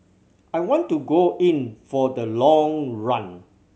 I want to go in for the long run